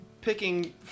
picking